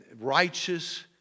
righteous